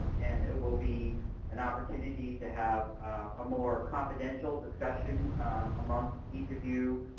um and it will be an opportunity to have a more confidential discussion amongst each of you,